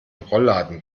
rollladen